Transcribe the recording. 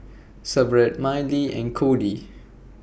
Severt Millie and Cody